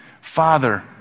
Father